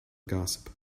gossip